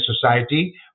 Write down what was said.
society